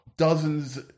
Dozens